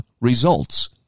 results